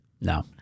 No